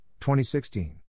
2016